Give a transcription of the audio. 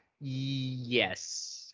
Yes